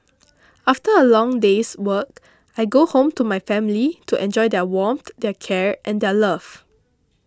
after a long day's work I go home to my family to enjoy their warmth their care and their love